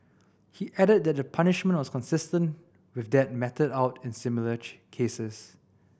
he added that the punishment was consistent with that meted out in similar cases